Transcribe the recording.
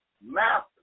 master